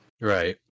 Right